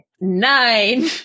Nine